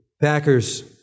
Packer's